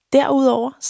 Derudover